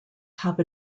have